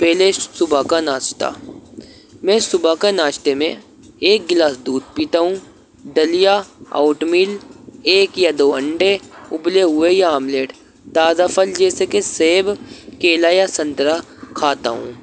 پہلے صبح کا ناشتہ میں صبح کا ناشتے میں ایک گلاس دودھ پیتا ہوں دلیا اوٹ میل ایک یا دو انڈے ابلے ہوئے یا آملیٹ تازہ پھل جیسے کہ سیب کیلا یا سنترہ کھاتا ہوں